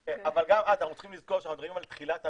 וגם אז אנחנו צריכים לזכור שאנחנו מדברים על תחילת הנפקה.